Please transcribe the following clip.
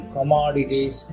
Commodities